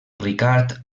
ricard